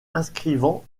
inscrivant